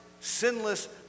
sinless